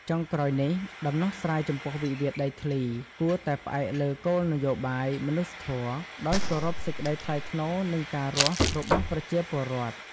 ចុងក្រោយនេះ ដំណោះស្រាយចំពោះវិវាទដីធ្លីគួរតែផ្អែកលើគោលនយោបាយមនុស្សធម៌ ដោយគោរពសេចក្តីថ្លៃថ្នូរនិងការរស់របស់ប្រជាពលរដ្ឋ។